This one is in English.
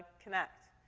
connect.